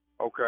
Okay